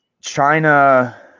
China